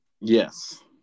Yes